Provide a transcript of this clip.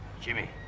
Jimmy